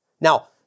Now